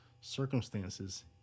circumstances